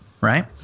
right